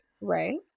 right